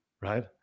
right